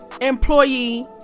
employee